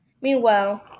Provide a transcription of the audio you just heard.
Meanwhile